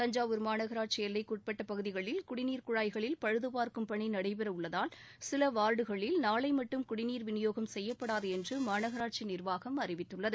தஞ்சாவூர் மாநகராட்சி எல்லைக்கு உட்பட்ட பகுதிகளில் குடிநீர் குழாய்களில் பழுதபார்க்கும் பணி நடைபெறவுள்ளதால் சில வார்டுகளில் நாளை மட்டும் குடிநீர் விநியோகம் செய்யப்படாது என்று மாநகராட்சி நிர்வாகம் அறிவித்துள்ளது